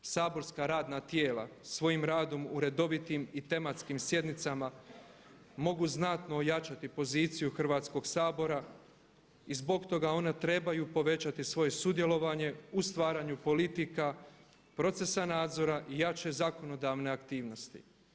Saborska radna tijela svojim radom u redovitim i tematskim sjednicama mogu znatno ojačati poziciju Hrvatskog sabora i zbog toga ona trebaju povećati svoje sudjelovanje u stvaranju politika, procesa nadzora i jače zakonodavne aktivnosti.